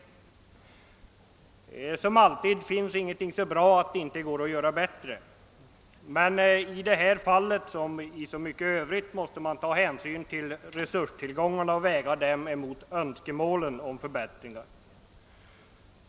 Som alltid finns ingenting så bra att det inte går att göra bättre, men i detta fall som så ofta annars måste man ta hänsyn till resurserna och väga dem mot önskemålen om förbättringar.